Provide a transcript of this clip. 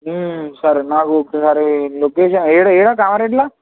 సరే నాకు ఒకసారి లొకేషన్ ఎక్కడ ఎక్కడ రావడం ఎలా